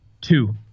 two